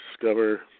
discover